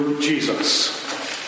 Jesus